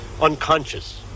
unconscious